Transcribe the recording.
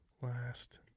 Last